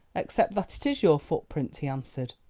except that it is your footprint, he answered.